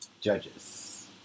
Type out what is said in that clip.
Judges